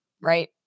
right